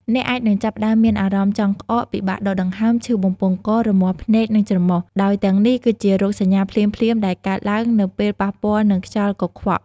អ្នកអាចនឹងចាប់ផ្តើមមានអារម្មណ៍ចង់ក្អក ពិបាកដកដង្ហើម ឈឺបំពង់ក រមាស់ភ្នែក និងច្រមុះ ដោយទាំងនេះគឺជារោគសញ្ញាភ្លាមៗដែលកើតឡើងនៅពេលប៉ះពាល់នឹងខ្យល់កខ្វក់។